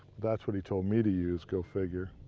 that's what he told me to use. go figure.